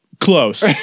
close